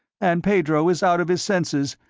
and pedro is out of his senses,